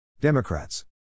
Democrats